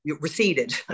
receded